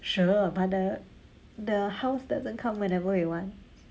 sure but the the house doesn't come whenever you want